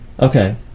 Okay